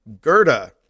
Gerda